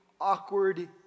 awkward